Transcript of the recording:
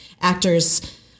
actors